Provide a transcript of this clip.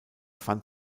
fand